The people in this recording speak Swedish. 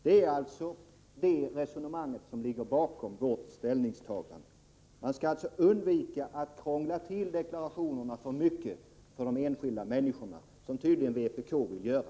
Det är det resonemanget som ligger bakom vårt ställningstagande. Det handlar alltså om att undvika att krångla till deklarationerna för mycket för de enskilda människorna, vilket tydligen vpk vill göra.